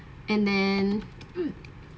and then